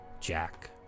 Jack